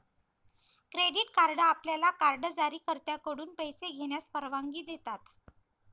credit card आपल्याला card जारीकर्त्याकडून पैसे घेण्यास परवानगी देतात